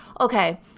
okay